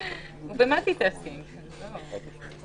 --- או בהסכמת שר אחר או בהיוועצות עם שר אחר,